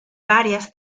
varias